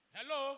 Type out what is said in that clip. Hello